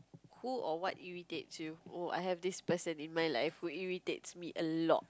who or what irritates you oh I have this person in my life who irritates me a lot